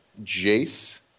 Jace